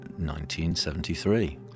1973